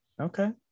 okay